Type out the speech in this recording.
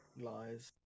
Lies